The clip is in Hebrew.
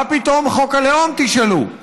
מה פתאום חוק הלאום, תשאלו?